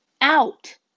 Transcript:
out